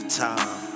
time